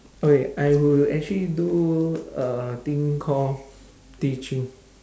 okay I would actually do a thing call teaching